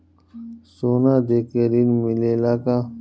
सोना देके ऋण मिलेला का?